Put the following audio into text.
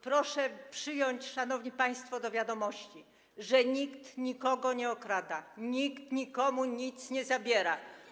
Proszę przyjąć, szanowni państwo, do wiadomości, że nikt nikogo nie okrada, nikt nikomu nic nie zabiera.